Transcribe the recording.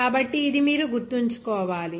కాబట్టి ఇది మీరు గుర్తుంచుకోవాలి